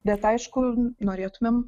bet aišku norėtumėm